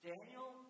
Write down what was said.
Daniel